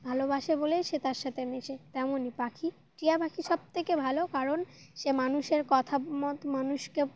ভালোবাসে বলেই সে তার সাথে মেশে তেমনই পাখি টিয়া পাখি সবথেকে ভালো কারণ সে মানুষের কথা মত মানুষকে